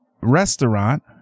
restaurant